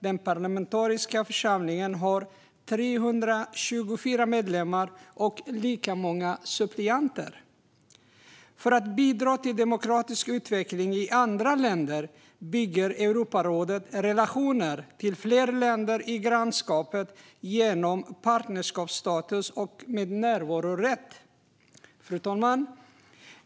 Den parlamentariska församlingen har 324 medlemmar och lika många suppleanter. För att bidra till demokratisk utveckling i andra länder bygger Europarådet relationer till fler länder i grannskapet genom partnerstatus med närvarorätt. Fru talman!